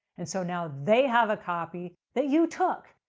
and so, now they have a copy that you took.